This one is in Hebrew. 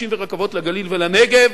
כבישים ורכבות לגליל ולנגב,